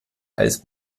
als